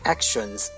Actions